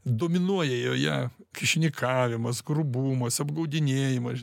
dominuoja joje kyšininkavimas grubumas apgaudinėjimas